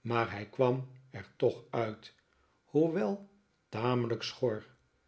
maar hij kwam er toch uit hoewel tamelijk